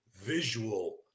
visual